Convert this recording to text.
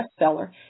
bestseller